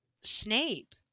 Snape